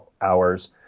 hours